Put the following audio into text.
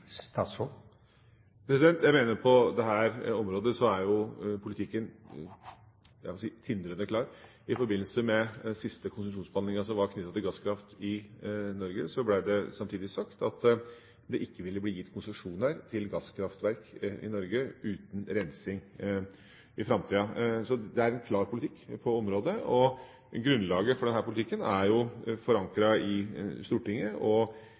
Jeg mener at på dette området er jo politikken – jeg vil si – tindrende klar. I forbindelse med den siste konsesjonsbehandlinga knyttet til gasskraft i Norge ble det samtidig sagt at det ikke vil bli gitt konsesjoner til gasskraftverk i Norge uten rensing i framtida. Så det er en klar politikk på området, og grunnlaget for denne politikken er jo forankret i Stortinget.